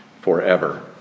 forever